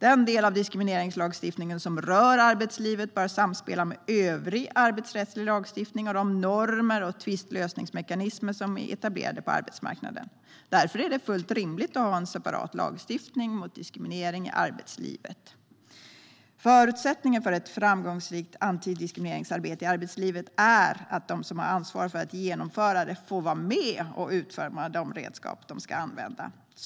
Den del av diskrimineringslagstiftningen som rör arbetslivet bör samspela med övrig arbetsrättslig lagstiftning och de normer och tvistelösningsmekanismer som är etablerade på arbetsmarknaden. Därför är det fullt rimligt att ha en separat lagstiftning mot diskriminering i arbetslivet. Förutsättningen för ett framgångsrikt antidiskrimineringsarbete i arbetslivet är att de som har ansvar för att genomföra det får vara med och utforma de redskap de ska använda.